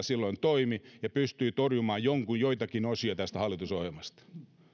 silloin toimi ja pystyi torjumaan joitakin osia tästä hallitusohjelmasta